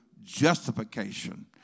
justification